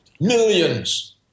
Millions